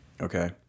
Okay